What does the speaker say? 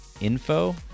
info